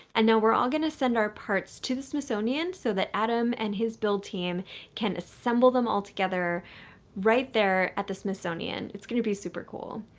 and now we're all gonna send our parts to the smithsonian so that adam and his build team can assemble them all together right there at the smithsonian. it's gonna be super cool.